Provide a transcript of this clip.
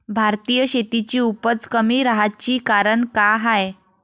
भारतीय शेतीची उपज कमी राहाची कारन का हाय?